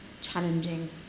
challenging